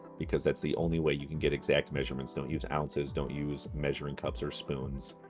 because that's the only way you can get exact measurements. don't use ounces. don't use measuring cups or spoons.